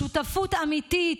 שותפות אמיתית,